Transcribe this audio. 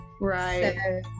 right